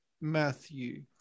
Matthew